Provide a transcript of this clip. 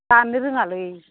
दाननो रोङालै